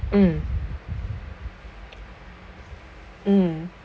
mm mm